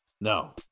No